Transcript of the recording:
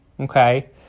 Okay